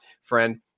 friend